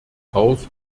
haus